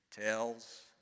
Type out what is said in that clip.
tells